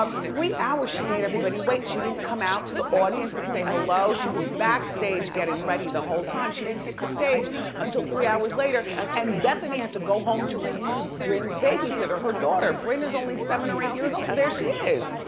um three hours she made everybody wait. she didn't come out to the audience and say hello. she was backstage getting ready the whole time. she didn't hit the stage until three hours later and bethenny had to go home to relieve bryn's babysitter, her daughter. bryn is only seven or eight years old. there she is.